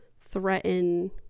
threaten